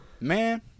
man